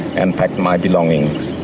and packed my belongings.